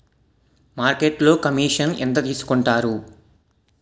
మార్కెట్లో కమిషన్ ఎంత తీసుకొంటారు?